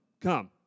come